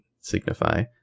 signify